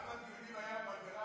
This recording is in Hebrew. לא דיברתי על המספרים.